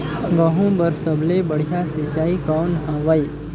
गहूं बर सबले बढ़िया सिंचाई कौन हवय?